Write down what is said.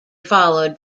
followed